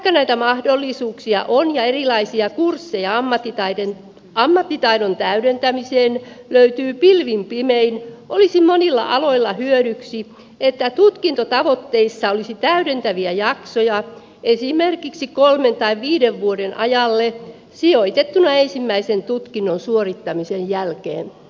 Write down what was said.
vaikka näitä mahdollisuuksia on ja erilaisia kursseja ammattitaidon täydentämiseen löytyy pilvin pimein olisi monilla aloilla hyödyksi että tutkintotavoitteissa olisi täydentäviä jaksoja esimerkiksi kolmen tai viiden vuoden ajalle sijoitettuna ensimmäisen tutkinnon suorittamisen jälkeen